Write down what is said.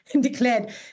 declared